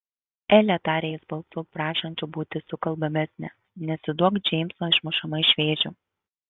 ele tarė jis balsu prašančiu būti sukalbamesnę nesiduok džeimso išmušama iš vėžių